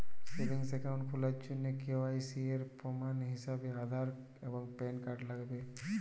savings account খোলার জন্য KYC এর প্রমাণ হিসেবে আধার এবং প্যান কার্ড লাগবে